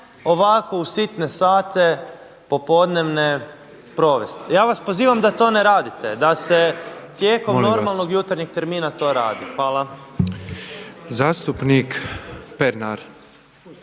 ovako u sitne sate popodnevne provesti. Ja vas pozivam da to ne radite, da se tijekom normalnog jutarnjeg termina to radi. Hvala. **Petrov,